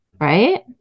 Right